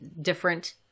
different